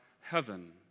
heaven